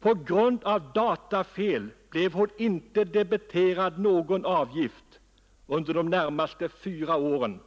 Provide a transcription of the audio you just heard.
På grund av datafel blev hon inte debiterad någon avgift under de närmaste fyra åren